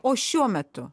o šiuo metu